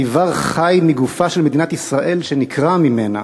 איבר חי מגופה של מדינת ישראל שנקרע ממנה,